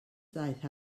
ddaeth